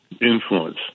influence